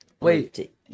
wait